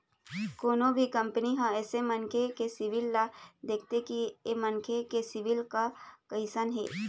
कोनो भी कंपनी ह अइसन मनखे के सिविल ल देखथे कि ऐ मनखे के सिविल ह कइसन हे